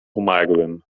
umarłym